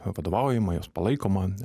vadovaujama jos palaikoma